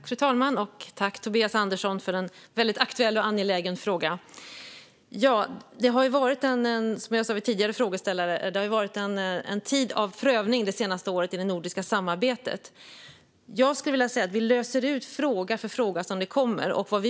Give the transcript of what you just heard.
Fru talman! Tack, Tobias Andersson, för en väldigt aktuell och angelägen fråga! Det har, som jag sa till tidigare frågeställare, varit en tid av prövning det senaste året i det nordiska samarbetet. Jag skulle vilja säga att vi löser fråga efter fråga när de kommer.